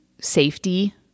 safety